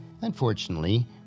Unfortunately